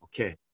Okay